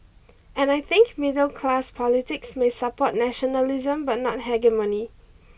and I think middle class politics may support nationalism but not hegemony